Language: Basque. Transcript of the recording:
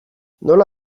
nola